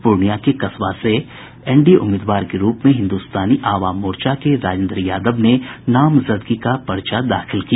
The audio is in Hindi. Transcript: पूर्णिया के कसबा विधानसभा क्षेत्र से एनडीए उम्मीदवार के रूप में हिन्दुस्तानी आवाम मोर्चा के राजेन्द्र यादव ने नामजदगी का पर्चा दाखिल किया